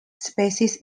species